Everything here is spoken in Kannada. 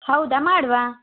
ಹೌದಾ ಮಾಡುವಾ